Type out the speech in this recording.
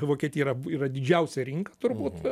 vokietija yra yra didžiausia rinka turbūt